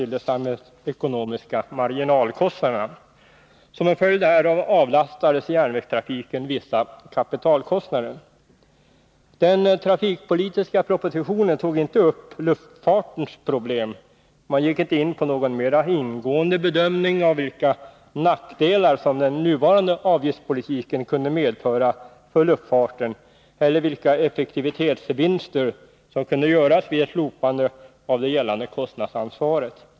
Den trafikpolitiska propositionen tog inte upp luftfartens problem. Man gick inte in på någon mera ingående bedömning av vilka nackdelar som den nuvarande avgiftspolitiken kunde medföra för luftfarten eller vilka effektivitetsvinster som kunde göras vid ett slopande av det gällande kostnadsansvaret.